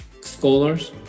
Scholars